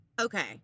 Okay